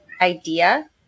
idea